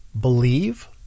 believe